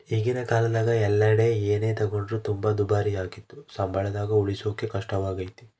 ಈಗಿನ ಕಾಲದಗ ಎಲ್ಲೆಡೆ ಏನೇ ತಗೊಂಡ್ರು ತುಂಬಾ ದುಬಾರಿಯಾಗಿದ್ದು ಸಂಬಳದಾಗ ಉಳಿಸಕೇ ಕಷ್ಟವಾಗೈತೆ